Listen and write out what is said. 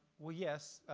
well, yes.